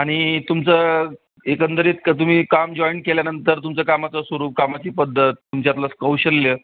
आणि तुमचं एकंदरीत क तुम्ही काम जॉईन केल्यानंतर तुमचं कामाचं स्वरूप कामाची पद्धत तुमच्यातलं कौशल्य